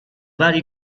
vari